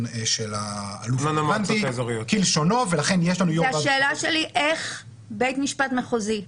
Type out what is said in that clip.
של האלוף הרלוונטי כלשונו ולכן יש לנו יו"ר ועדת בחירות.